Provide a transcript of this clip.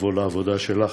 בראבו על העבודה שלך